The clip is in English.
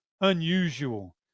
unusual